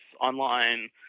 online